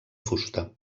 fusta